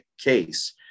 case